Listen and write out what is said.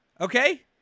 okay